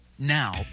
Now